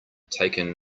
taken